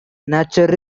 nature